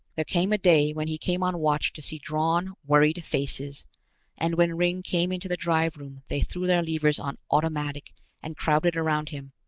there came a day when he came on watch to see drawn, worried faces and when ringg came into the drive room they threw their levers on automatic and crowded around him,